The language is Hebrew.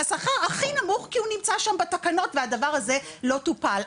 השכר הכי נמוך כי הוא נמצא שם בתקנות והדבר הזה לא טופל.